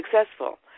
successful